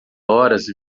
horas